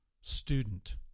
student